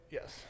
Yes